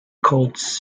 called